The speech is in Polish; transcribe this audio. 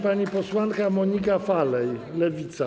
Pani posłanka Monika Falej, Lewica.